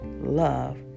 love